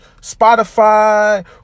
Spotify